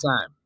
time